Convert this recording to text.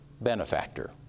benefactor